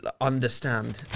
understand